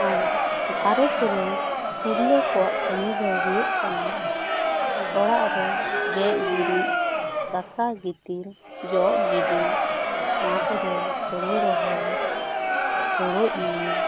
ᱟᱨ ᱜᱷᱟᱨᱚᱸᱡᱽ ᱨᱮ ᱛᱤᱨᱞᱟᱹ ᱠᱚᱣᱟᱜ ᱠᱟᱹᱢᱤ ᱫᱚ ᱦᱩᱭᱩᱜ ᱠᱟᱱᱟ ᱚᱲᱟᱜ ᱨᱮ ᱜᱮᱡ ᱜᱩᱨᱤᱡᱽ ᱜᱟᱥᱟᱣ ᱜᱤᱛᱤᱞ ᱡᱚᱜ ᱜᱤᱰᱤ ᱢᱟᱴ ᱨᱮ ᱦᱳᱲᱳ ᱨᱚᱦᱚᱭ ᱦᱳᱲᱳ ᱤᱨ